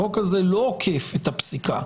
החוק הזה לא עוקף את הפסיקה.